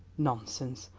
nonsense!